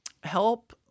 Help